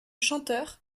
chanteur